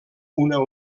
una